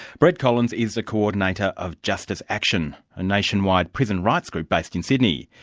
brett collins is the coordinator of justice action, a nationwide prison rights group based in sydney.